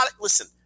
Listen